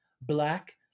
Black